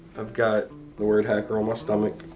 i've got the word hacker on my stomach